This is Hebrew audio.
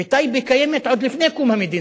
וטייבה קיימת עוד מלפני קום המדינה.